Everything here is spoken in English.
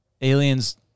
aliens